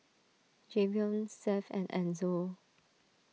Jayvion Seth and Enzo